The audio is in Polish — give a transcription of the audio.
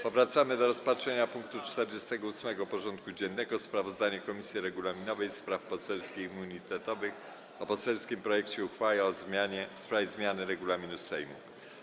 Powracamy do rozpatrzenia punktu 48. porządku dziennego: Sprawozdanie Komisji Regulaminowej, Spraw Poselskich i Immunitetowych o poselskim projekcie uchwały w sprawie zmiany Regulaminu Sejmu.